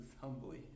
humbly